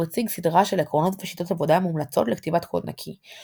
הוא הציג סדרה של עקרונות ושיטות עבודה מומלצות לכתיבת קוד נקי,